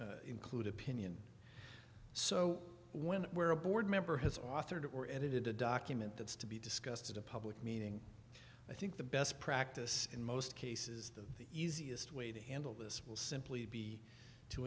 to include opinion so when where a board member has authored or edited a document that is to be discussed in a public meeting i think the best practice in most cases the easiest way to handle this will simply be t